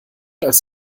als